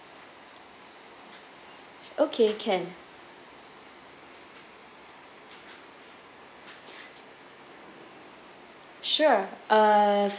okay can sure uh